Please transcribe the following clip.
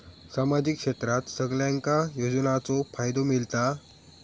सामाजिक क्षेत्रात सगल्यांका योजनाचो फायदो मेलता?